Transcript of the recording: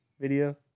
video